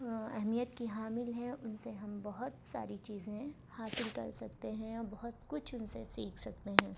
اہمیت کی حامل ہیں ان سے ہم بہت ساری چیزیں حاصل کر سکتے ہیں بہت کچھ ان سے سیکھ سکتے ہیں